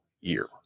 year